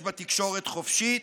יש בה תקשורת חופשית,